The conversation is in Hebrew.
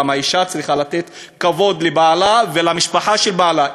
גם האישה צריכה לתת כבוד לבעלה ולמשפחה של בעלה.